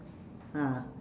ah